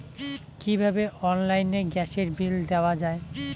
কিভাবে অনলাইনে গ্যাসের বিল দেওয়া যায়?